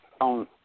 on